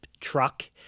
truck